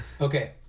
Okay